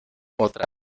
otra